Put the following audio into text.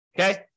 Okay